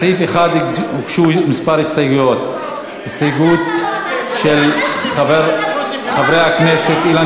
הסתייגות של חברי הכנסת זהבה גלאון,